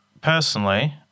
personally